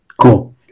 Cool